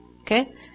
Okay